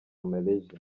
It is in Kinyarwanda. malaysia